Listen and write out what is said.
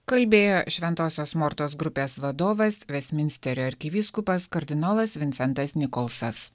kalbėjo šventosios mortos grupės vadovas vestminsterio arkivyskupas kardinolas vincentas nikolsas